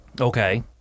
Okay